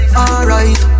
alright